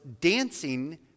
dancing